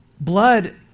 blood